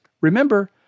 Remember